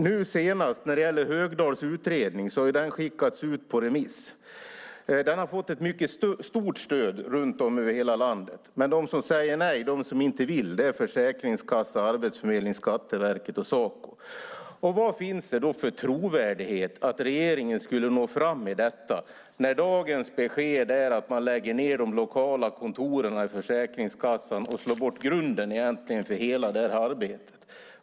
Nu senast har Högdahls utredning skickats ut på remiss. Den har fått ett mycket stort stöd runt om i hela landet, men de som säger nej, de som inte vill, är Försäkringskassan, Arbetsförmedlingen, Skatteverket och Saco. Vad finns det för trovärdighet i att regeringen ska nå fram i detta, när dagens besked är att Försäkringskassan lägger ned de lokala kontoren och slår bort grunden för hela det här arbetet?